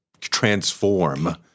transform